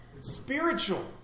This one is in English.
spiritual